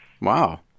Wow